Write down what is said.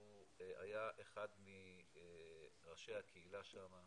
היה אחד מראשי הקהילה שם,